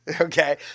okay